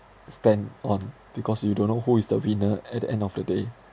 stand on because you don't know who is the winner at the end of the day